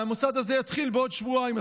והמוסד הזה יתחיל בעוד שבועיים.